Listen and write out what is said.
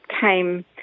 came